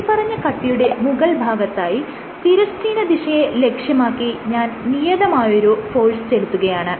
മേല്പറഞ്ഞ കട്ടിയുടെ മുകൾ ഭാഗത്തായി തിരശ്ചീന ദിശയെ ലക്ഷ്യമാക്കി ഞാൻ നിയതമായൊരു ഫോഴ്സ് ചെലുത്തുകയാണ്